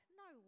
no